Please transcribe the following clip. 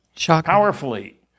powerfully